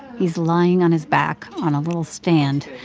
he's lying on his back on a little stand,